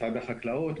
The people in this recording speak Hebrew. משרד החקלאות,